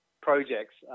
projects